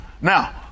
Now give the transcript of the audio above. Now